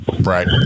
Right